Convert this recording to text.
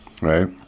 right